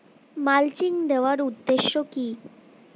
Mulching দেওয়ার উদ্দেশ্য কি?